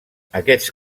aquests